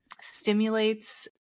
stimulates